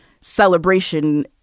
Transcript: celebration